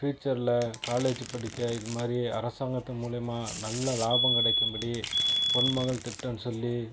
ஃபீயூச்சரில் college படிக்க இதுமாதிரி அரசாங்கத்து மூலிமா நல்ல லாபம் கிடைக்கும் படி பொன் மகள் திட்டம்னு சொல்லி